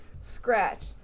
scratched